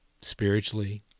spiritually